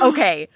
Okay